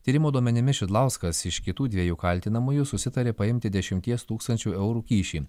tyrimo duomenimis šidlauskas iš kitų dviejų kaltinamųjų susitarė paimti dešimties tūkstančių eurų kyšį